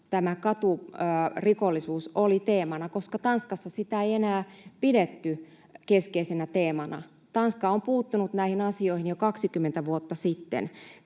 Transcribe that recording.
tämä katurikollisuus oli teemana, koska Tanskassa sitä ei enää pidetty keskeisenä teemana. Tanska on puuttunut näihin asioihin jo 20 vuotta sitten